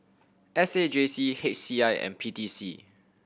S A J C H C I and P T C